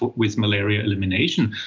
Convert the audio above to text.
with malaria elimination,